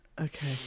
Okay